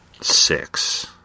six